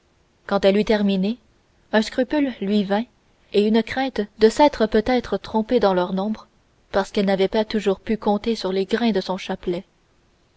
quand elle eut terminé un scrupule lui vint et une crainte de s'être peut-être trompée dans leur nombre parce qu'elle n'avait pas toujours pu compter sur les grains de son chapelet